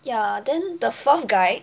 ya then the fourth guy